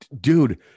Dude